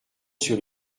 sur